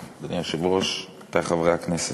אדוני היושב-ראש, עמיתי השרים, עמיתי חברי הכנסת,